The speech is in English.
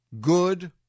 good